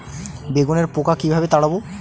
বেগুনের পোকা কিভাবে তাড়াব?